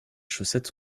chaussettes